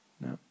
No